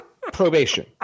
Probation